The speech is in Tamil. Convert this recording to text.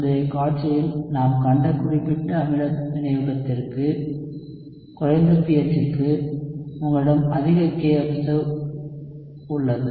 முந்தைய காட்சியில் நாம் கண்ட குறிப்பிட்ட அமில வினையூக்கத்திற்கு குறைந்த pH க்கு உங்களிடம் அதிக kobserved உள்ளது